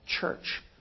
church